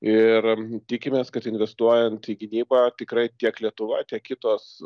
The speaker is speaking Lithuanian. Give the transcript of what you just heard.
ir tikimės kad investuojant į gynybą tikrai tiek lietuva tiek kitos